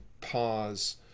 pause